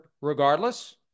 regardless